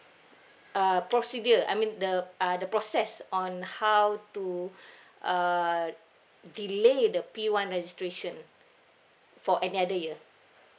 uh procedure I mean the uh the process on how to uh delay the P one registration for any other year